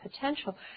potential